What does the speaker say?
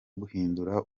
guhindura